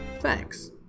Thanks